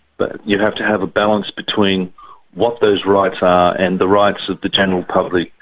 but you have to have a balance between what those rights are and the rights of the general public.